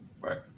Right